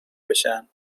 بشن